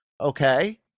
okay